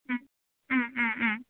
ओम Om ओम